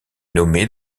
nommée